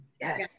yes